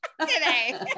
Today